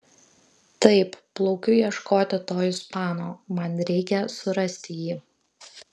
taip plaukiu ieškoti to ispano man reikia surasti jį